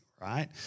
right